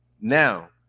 now